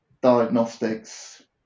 diagnostics